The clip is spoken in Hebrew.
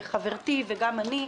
וגם אני,